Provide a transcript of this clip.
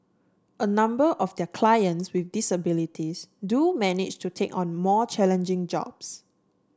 a number of their clients with disabilities do manage to take on more challenging jobs